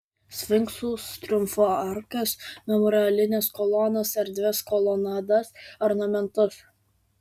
sfinksus triumfo arkas memorialines kolonas erdvias kolonadas ornamentus